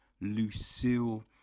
Lucille